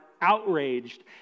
outraged